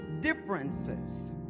differences